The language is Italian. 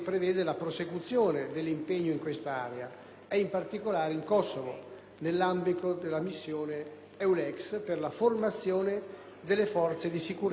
nell'ambito della missione EULEX per la formazione delle forze di sicurezza kosovare e la tutela di tutte le minoranze presenti.